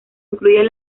incluyen